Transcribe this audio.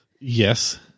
Yes